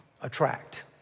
attract